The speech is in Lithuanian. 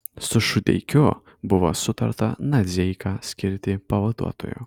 su šudeikiu buvo sutarta nadzeiką skirti pavaduotoju